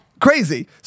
Crazy